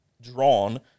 drawn